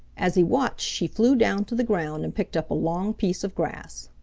as he watched she flew down to the ground and picked up a long piece of grass.